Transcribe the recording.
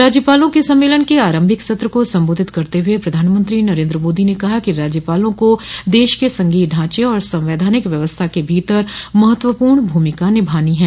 राज्यपालों के सम्मेलन के आरम्भिक सत्र को संबोधित करते हुए प्रधानमंत्री नरेन्द्र मोदी ने कहा है कि राज्यपालों को देश के संघीय ढांचे और संवैधानिक व्यवस्था के भीतर महत्वपूर्ण भूमिका निभानी है